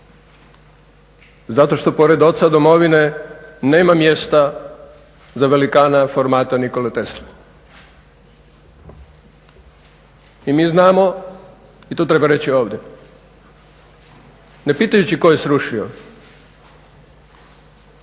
Zato što pored oca Domovine nema mjesta za velikana formata Nikole Tesle. I mi znamo i to treba reći ovdje, ne pitajući tko je srušio,